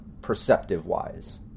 perceptive-wise